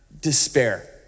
despair